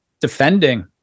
defending